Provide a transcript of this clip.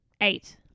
Eight